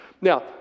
Now